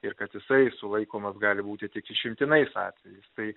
ir kad jisai sulaikomas gali būti tik išimtinais atvejais tai